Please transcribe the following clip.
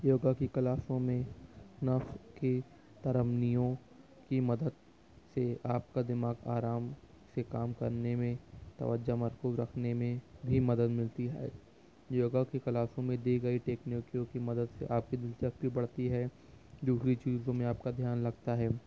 یوگا کی کلاسوں میں نفس کی ترمنیوں کی مدد سے آپ کا دماغ آرام سے کرنے میں توجہ مرکوز رکھنے میں بھی مدد ملتی ہے یوگا کی کلاسوں میں دی گئی ٹیکنیکیوں کی مدد سے آپ کی دلچسپی بڑھتی ہے دوسری چیزوں میں آپ کا دھیان لگتا ہے